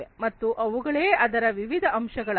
ಮತ್ತು ಇವುಗಳೇ ಅದರ ವಿವಿಧ ಅಂಶಗಳಾಗಿವೆ